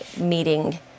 meeting